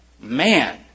man